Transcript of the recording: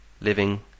living